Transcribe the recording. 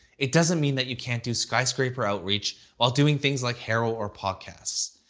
it doesn't mean that you can't do skyscraper outreach while doing things like haro or podcasts.